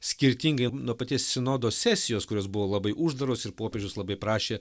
skirtingai nuo paties sinodo sesijos kurios buvo labai uždaros ir popiežius labai prašė